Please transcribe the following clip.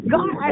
God